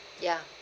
ya